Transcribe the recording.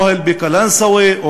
אוהל בקלנסואה,